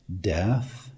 death